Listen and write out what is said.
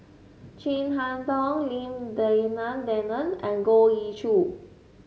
Chin Harn Tong Lim Denan Denon and Goh Ee Choo